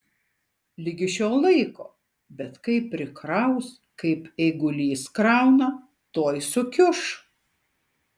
ligi šiol laiko bet kai prikraus kaip eigulys krauna tuoj sukiuš